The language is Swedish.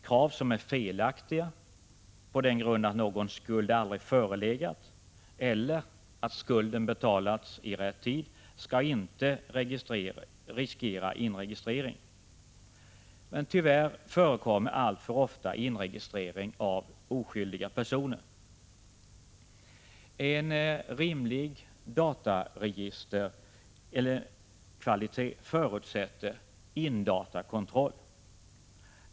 Krav som är felaktiga på den grund att någon skuld aldrig förelegat eller att skulden betalts i rätt tid skall inte riskera inregistrering. Men tyvärr förekommer alltför ofta inregistrering av ”oskyldiga” personer. En rimlig dataregisterkvalitet förutsätter indata-kontroll.